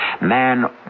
man